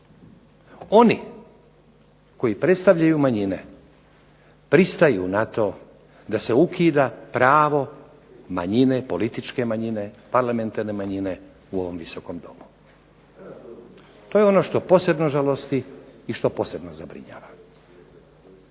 Oni koji predstavljaju manjine pristaju na to da se ukida pravo političke manjine, parlamentarne manjine u ovom Viskom domu. To je ono što posebno žalosti i što posebno zabrinjava.